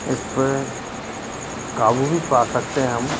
इस पर काबू भी पा सकते हैं हम